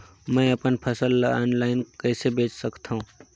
मैं अपन फसल ल ऑनलाइन कइसे बेच सकथव?